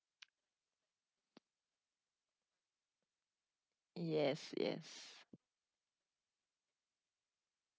yes yes